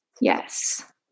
Yes